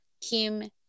Kim